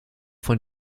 von